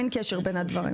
אין קשר בין הדברים.